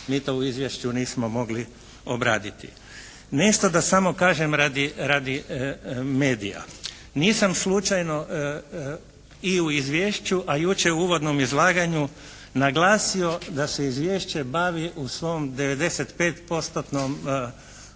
mi to u izvješću nismo mogli obraditi. Nešto da samo kažem radi, radi medija. Nisam slučajno i u izvješću a jučer u uvodnom izlaganju naglasio da se izvješće bavi u svom 95%-tnom